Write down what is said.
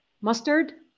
mustard